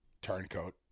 Turncoat